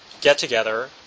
get-together